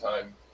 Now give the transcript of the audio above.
time